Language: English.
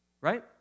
right